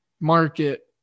market